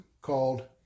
called